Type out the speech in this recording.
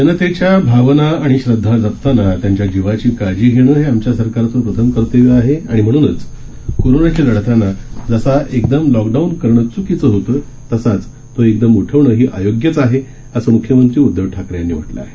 जनतेच्या भावना आणि श्रद्धा जपताना त्यांच्या जीवाची काळजी घेणं हे आमच्या सरकारचं प्रथम कर्तव्य आहे आणि म्हणूनच कोरोनाशी लढताना जसा एकदम लाकडाऊन करणं चुकीचं होतं तसाच तो एकदम उठवणंही अयोग्यच आहे असं मुख्यमंत्री उदधव ठाकरे यांनी म्हटलं आहे